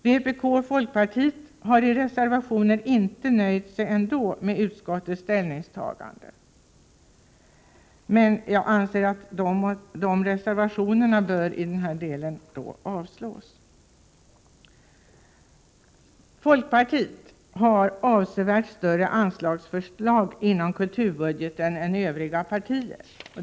Vpk och folkpartiet har inte nöjt sig med utskottets ställningstagande utan reserverat sig. Jag anser att dessa reservationer i denna del bör avslås. Folkpartiet har föreslagit ett avsevärt större anslag inom kulturbudgeten än Övriga partier.